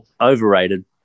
Overrated